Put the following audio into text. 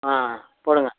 ஆ போடுங்க